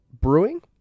brewing